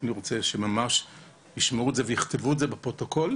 אני רוצה שממש ישמעו את זה ויכתבו את זה בפרוטוקול.